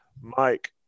Mike